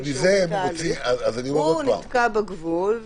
הוא נתקע בגבול,